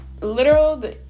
literal